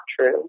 true